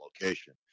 location